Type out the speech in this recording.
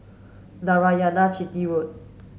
Narayanan Chetty Road